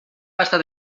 estat